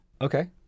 Okay